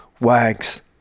wags